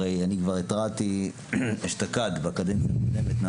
הרי אני כבר התרעתי אשתקד בקדנציה הקודמת,